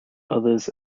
others